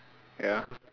ya